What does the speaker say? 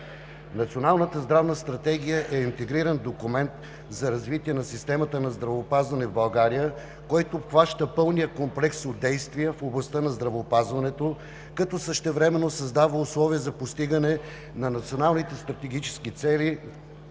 Националната здравна стратегия е интегриран документ за развитие на системата на здравеопазване в България, който обхваща пълния комплекс от действия в областта на здравеопазването, като същевременно създава условия за постигане на националните стратегически цели,